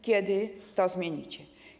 Kiedy to zmienicie?